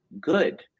good